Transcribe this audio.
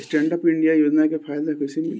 Stand up India योजना के फायदा कैसे मिली?